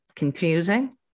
Confusing